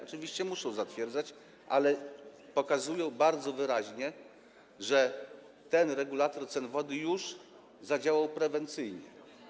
Oczywiście muszą zatwierdzać, ale pokazuje to bardzo wyraźnie, że ten regulator cen wody już zadziałał prewencyjnie.